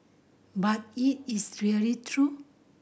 but is it really true